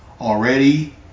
already